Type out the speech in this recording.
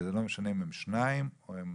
וזה לא משנה אם הם שניים או הם